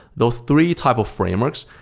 those three type of frameworks,